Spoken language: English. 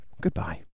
Goodbye